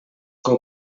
com